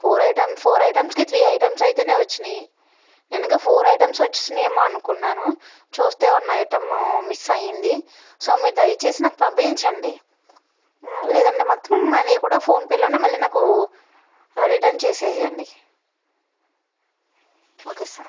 four items four ఐటమ్స్కి three items అయితేనే వచ్చినయి నేను ఇంకా ఫోర్ ఐటమ్స్ వచ్చేసినాయేమో అనుకున్నాను చూస్తే వన్ ఐటమ్ మిస్ అయింది సో మీరు దయచేసి నాకు పంపించండి లేదంటే మొత్తం మనీ కూడా ఫోన్పేలోనే నాకు రిటర్న్ చేసేయండి ఓకే సార్